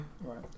Right